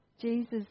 Jesus